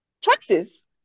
choices